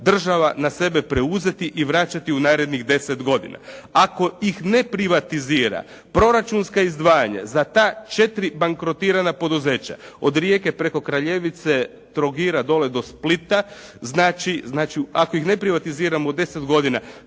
država na sebe preuzeti i vraćati u narednih 10 godina. Ako ih ne privatizira, proračunska izdvajanja za ta 4 bankrotirana poduzeća, od Rijeke preko Kraljevice, Trogira, dolje do Splita znači ako ih ne privatiziramo u 10 godina